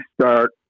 start